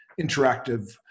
interactive